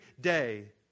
day